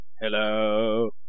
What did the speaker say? Hello